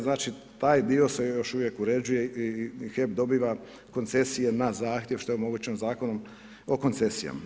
Znači, taj dio se još uvijek uređuje i HEP dobiva koncesije na zahtjev, što je omogućeno Zakonom o koncesijama.